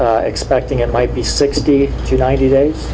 be expecting it might be sixty to ninety days